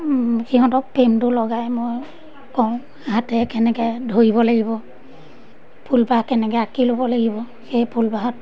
সিহঁতক ফ্ৰেমটো লগাই মই কওঁ হাতেৰে কেনেকৈ ধৰিব লাগিব ফুলপাহ কেনেকৈ আঁকি ল'ব লাগিব সেই ফুলপাহত